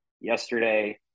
yesterday